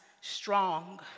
strong